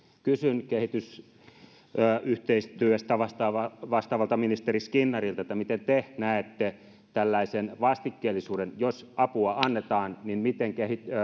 kysyn kehitysyhteistyöstä vastaavalta vastaavalta ministeri skinnarilta miten te näette tällaisen vastikkeellisuuden jos apua annetaan niin miten